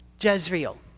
Jezreel